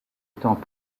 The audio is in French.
temps